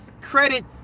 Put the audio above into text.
credit